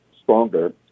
stronger